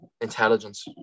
intelligence